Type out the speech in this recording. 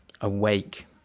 awake